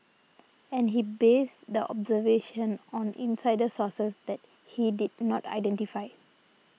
and he based the observation on insider sources that he did not identify